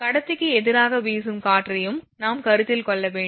கடத்திக்கு எதிராக வீசும் காற்றையும் நாம் கருத்தில் கொள்ள வேண்டும்